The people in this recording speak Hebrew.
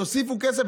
תוסיפו כסף,